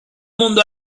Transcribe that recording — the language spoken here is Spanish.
mundo